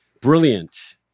brilliant